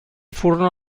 furono